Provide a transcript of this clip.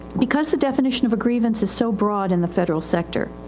because the definition of a grievance is so broad in the federal sector,